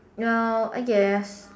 you know I guess